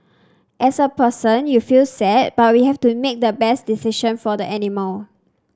as a person you feel sad but we have to make the best decision for the animal